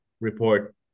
report